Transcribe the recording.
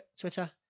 Twitter